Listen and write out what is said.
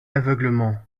aveuglement